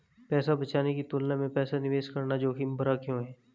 पैसा बचाने की तुलना में पैसा निवेश करना जोखिम भरा क्यों है?